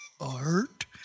art